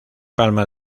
palma